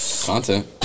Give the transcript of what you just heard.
Content